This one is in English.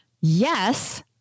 Yes